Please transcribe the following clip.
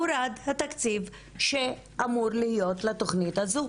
הורד התקציב שאמור להיות לתוכנית הזו.